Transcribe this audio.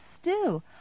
stew